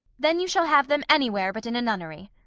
then you shall have them any where but in a nunnery.